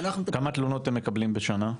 כמה תלונות אתם מקבלים בשנה?